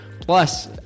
Plus